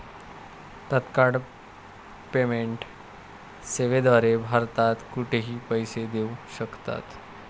तत्काळ पेमेंट सेवेद्वारे भारतात कुठेही पैसे देऊ शकतात